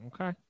Okay